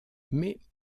mais